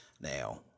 Now